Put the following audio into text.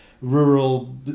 Rural